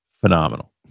Phenomenal